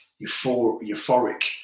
euphoric